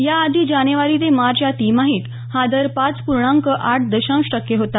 याआधी जानेवारी ते मार्च या तिमाहीत हा दर पाच पूर्णांक आठ दशांश टक्के होता